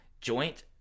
Joint